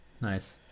Nice